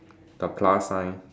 the plus sign